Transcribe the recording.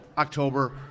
October